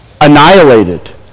Annihilated